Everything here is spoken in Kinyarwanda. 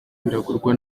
bigurwa